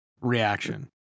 reaction